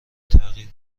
تغییر